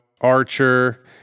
Archer